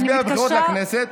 אני מתקשה,